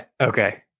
Okay